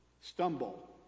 Stumble